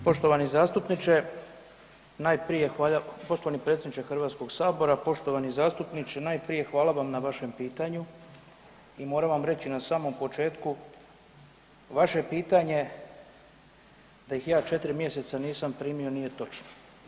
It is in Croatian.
Poštovani zastupniče, najprije hvala, poštovani predsjedniče Hrvatskog sabora, poštovani zastupniče najprije hvala vam na vašem pitanju i moram vam reći na samom početku vaše pitanje da ih ja 4 mjeseca nisam primio nije točno.